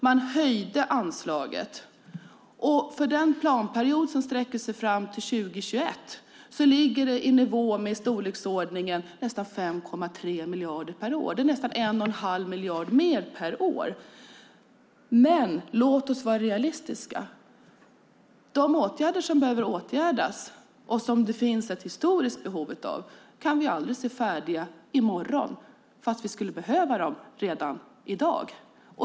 Man höjde anslaget, och för den planperiod som sträcker sig fram till 2021 ligger det på nästan 5,3 miljarder per år. Det är 1 1⁄2 miljard mer per år. Låt oss vara realistiska. De åtgärder som behöver göras och som det finns ett historiskt behov av kan vi inte se färdiga i morgon fast vi skulle behöva dem redan i dag.